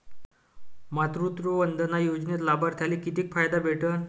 मातृवंदना योजनेत लाभार्थ्याले किती फायदा भेटन?